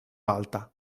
alta